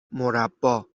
مربّا